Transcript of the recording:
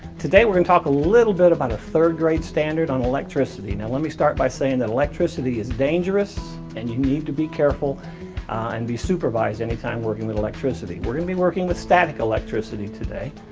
today we're gonna and talk a little bit about a third grade standard on electricity. now let me start by saying that electricity is dangerous and you need to be careful and be supervised anytime working with electricity. we're gonna be working with static electricity today,